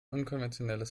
unkonventionelles